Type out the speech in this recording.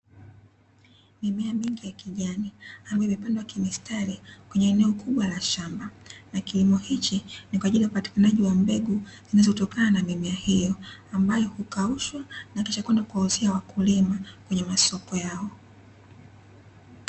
Mimea migi ya kijani ambayo imepandwa kimistari kweneye eneo kubwa la shamba na kilimo hichi ni kwaajili ya upatikanaji wa mbegu zinazotokana na mimea hiyo ambayo hukaushwa na kisha kwenda kuwauzia wakulima kwenye masoko yao.